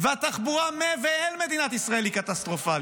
והתחבורה ממדינת ישראל ואל מדינת ישראל היא קטסטרופלית.